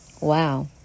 Wow